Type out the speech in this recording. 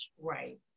Right